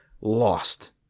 lost